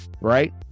right